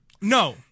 No